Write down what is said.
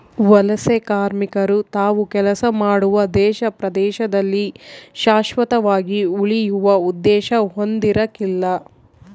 ವಲಸೆಕಾರ್ಮಿಕರು ತಾವು ಕೆಲಸ ಮಾಡುವ ದೇಶ ಪ್ರದೇಶದಲ್ಲಿ ಶಾಶ್ವತವಾಗಿ ಉಳಿಯುವ ಉದ್ದೇಶ ಹೊಂದಿರಕಲ್ಲ